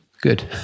good